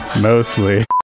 Mostly